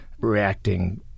reacting